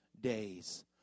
days